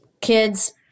kids